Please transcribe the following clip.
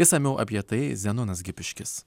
išsamiau apie tai zenonas gipiškis